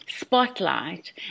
spotlight